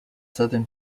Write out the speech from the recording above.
southern